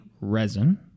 Resin